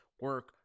Work